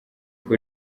kuko